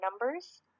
numbers